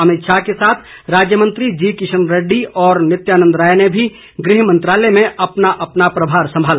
अमित शाह के साथ राज्य मंत्री जी किशन रेड्डी और नित्यानंद राय ने भी गृह मंत्रालय में अपना अपना प्रभार संभाला